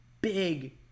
big